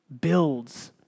builds